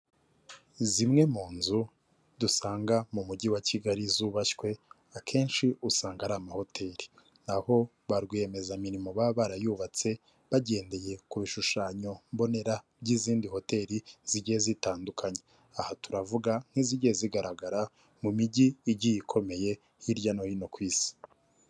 Zimwe mu nzu dusanga mu mujyi wa Kigali zubashywe akenshi usanga ari amahoteli, aho ba rwiyemezamirimo baba barayubatse bagendeye ku bishushanyo mbonera by'izindi hoteli zigiye zitandukanye, aha turavuga nk'izijya zigaragara mu mijyi igiye ikomeye hirya no hino ku Isi.